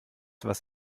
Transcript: was